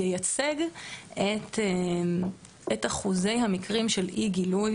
שייצג את אחוזי המקרים של אי גילוי